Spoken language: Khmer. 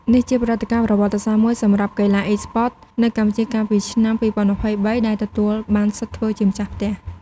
នេះជាព្រឹត្តិការណ៍ប្រវត្តិសាស្ត្រមួយសម្រាប់កីឡា Esports នៅកម្ពុជាកាលពីឆ្នាំ ២០២៣ ដែលទទួលបានសិទ្ធធ្វើជាម្ចាស់ផ្ទះ។